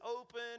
open